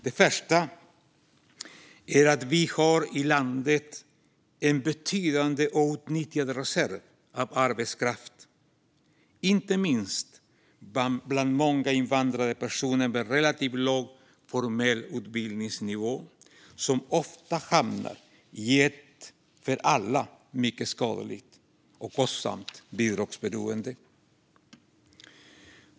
Den första är att vi har en betydande outnyttjad reserv av arbetskraft i landet - inte minst bland många invandrade personer med relativt låg formell utbildningsnivå, som ofta hamnar i ett för alla mycket skadligt och kostsamt bidragsberoende.